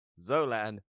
Zolan